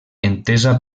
entesa